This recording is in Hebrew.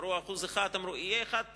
אמרו 1%, ואמרו, יהיה 1.7%,